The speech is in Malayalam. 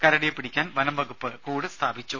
കരടിയെ പിടിക്കാൻ വനം വകുപ്പ് കൂട് സ്ഥാപിച്ചു